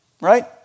right